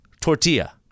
tortilla